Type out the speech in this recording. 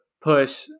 push